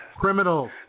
Criminals